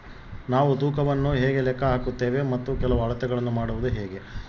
ನಾವು ತೂಕವನ್ನು ಹೇಗೆ ಲೆಕ್ಕ ಹಾಕುತ್ತೇವೆ ಮತ್ತು ಕೆಲವು ಅಳತೆಗಳನ್ನು ಮಾಡುವುದು ಹೇಗೆ?